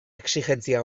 exijentzia